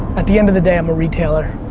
at the end of the day, i'm a retailer.